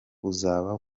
uzaba